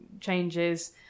changes